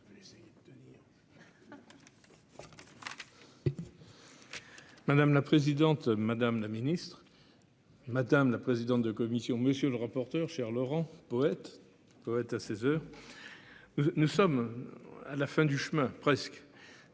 Madame la présidente, madame la ministre. Madame la présidente de commission. Monsieur le rapporteur. Chers Laurent poète, poète à ses heures. Nous sommes à la fin du chemin. Presque.